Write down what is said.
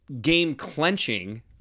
game-clenching